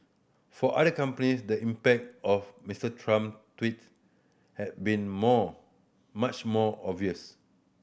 for other companies the impact of Mister Trump tweets has been more much more obvious